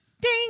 Ding